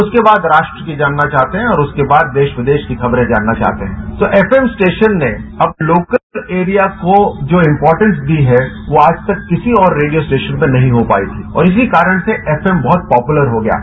उसके बाद राष्ट्रल की जानना चाहते हैं कि और उसके बाद देश विदेश की खबरें जानना चाहते हैं तो एफएम स्टेयशन ने अब लोकल एरिया को जो इंपोटेंस दी हैं वो आज तक किसी और रेडियो स्टेकशन में नहीं हो पाई और इसी कारण से एफएम बहुत पॉप्लर हो गया है